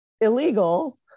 illegal